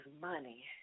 money